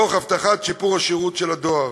תוך הבטחת שיפור השירות של הדואר,